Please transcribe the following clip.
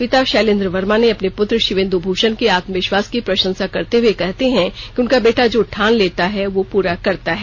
पिता शैलेन्द्र वर्मा ने अपने पुत्र शिवेंदु भूषण के आत्मविश्वास की प्रशंसा करते हुये कहते हैं कि उनका बेटा जो ठान लेता है पूरा करता है